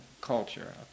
culture